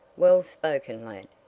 well spoken, lad!